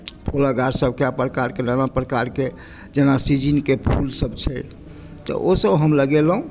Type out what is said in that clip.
फूलक गाछसभ कए प्रकारके नाना प्रकारके जेना सीजनके फूलसभ छै तऽ ओसभ हम लगेलहुँ